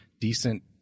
decent